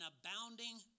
abounding